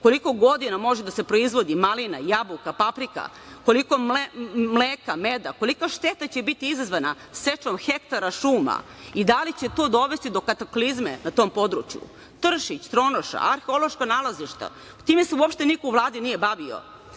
koliko godina može da se proizvodi malina, jabuka, paprika, koliko mleka, meda, kolika štete će biti izazvana sečom hektara šuma i da li će to dovesti do kataklizme na tom području. Tršić, Tronoša, arheološka nalazišta, time se uopšte niko u Vladi nije